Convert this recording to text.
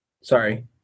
Sorry